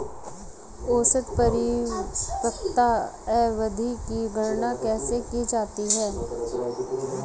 औसत परिपक्वता अवधि की गणना कैसे की जाती है?